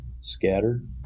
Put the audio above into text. scattered